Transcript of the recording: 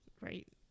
right